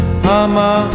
Ama